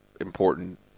important